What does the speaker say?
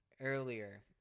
earlier